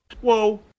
whoa